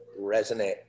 Resonate